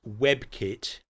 WebKit